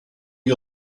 you